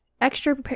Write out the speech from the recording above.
extra